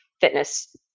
fitness